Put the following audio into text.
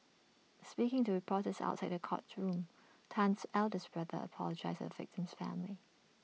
speaking to reporters outside the courtroom Tan's eldest brother apologised to the victim's family